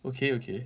okay okay